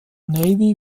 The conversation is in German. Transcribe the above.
navy